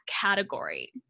category